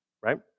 right